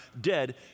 dead